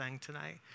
tonight